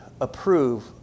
approve